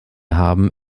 haben